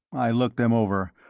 i looked them over,